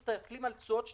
זה דבר שאסור לעשות אותו.